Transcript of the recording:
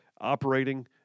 operating